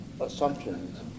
assumptions